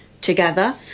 together